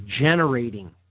generating